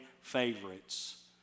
favorites